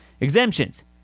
exemptions